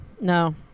No